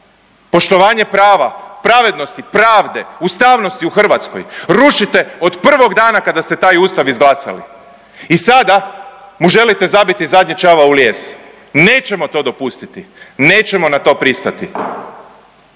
Poštovanje prava, pravednosti, pravde, ustavnosti u Hrvatskoj rušite od prvog dana od kada ste taj Ustav izglasali. I sada mu želite zabiti zadnji čavao u lijes. Nećemo to dopustiti. Nećemo na to pristati.